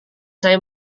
saya